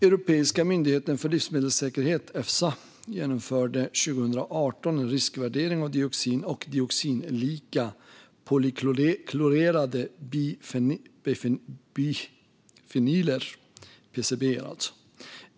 Europeiska myndigheten för livsmedelssäkerhet, Efsa, genomförde 2018 en riskvärdering av dioxin och dioxinlika polyklorerade bifenyler, alltså PCB:er.